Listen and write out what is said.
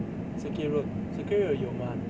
circuit road circuit road 有吗